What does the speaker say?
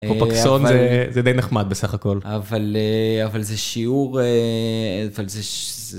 קופקסון זה די נחמד בסך הכל. אבל זה שיעור...